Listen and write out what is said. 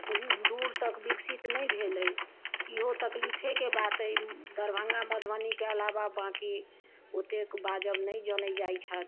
दूर तक विकसित नहि भेल अछि इहो तकलीफेके बात अछि दरभङ्गा मधुबनीके अलावा बाँकी ओतेक बाजब नहि जनैत जाय छथि